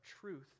truth